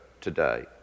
today